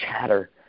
chatter